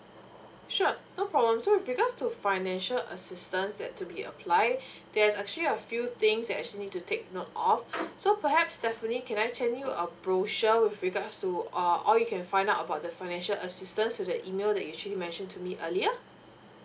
sure no problem so with regards to financial assistance that to be applied there's actually a few things you actually need to take note of so perhaps stephanie can I send you a brochure with regards to uh all you can find out about the financial assistance to the email that you actually mention to me earlier